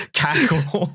cackle